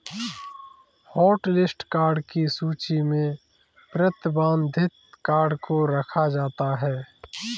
hotlist card की सूची में प्रतिबंधित कार्ड को रखा जाता है